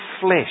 flesh